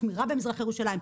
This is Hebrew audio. שמירה במזרח ירושלים,